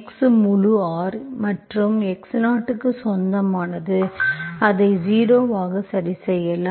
x முழு R மற்றும் x0 க்கு சொந்தமானது அதை 0 ஆக சரிசெய்யலாம்